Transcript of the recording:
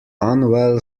unwell